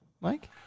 Mike